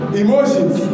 emotions